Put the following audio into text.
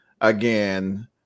again